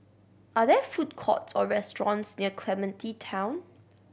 are there food courts or restaurants near Clementi Town